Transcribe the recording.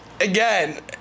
again